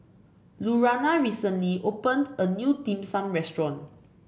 Lurana recently opened a new Dim Sum Restaurant